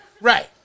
Right